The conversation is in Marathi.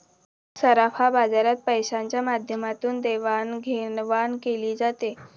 सराफा बाजारात पैशाच्या माध्यमातून देवाणघेवाण केली जाते